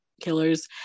killers